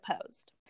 opposed